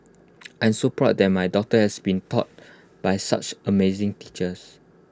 I'm so proud that my daughter has been taught by such amazing teachers